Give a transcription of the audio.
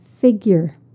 figure